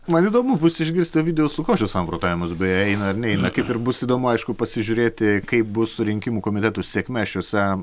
man įdomu bus išgirsti ovidijaus lukošiaus samprotavimus beje eina ar neina kaip ir bus įdomu aišku pasižiūrėti kaip bus su rinkimų komitetų sėkme šiuose